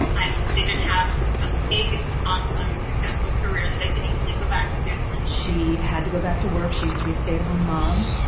i didn't have some big, awesome successful career that i could easily go back to. she had to go back to work. she used to be a stay-at-home mom.